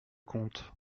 comte